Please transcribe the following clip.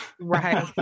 Right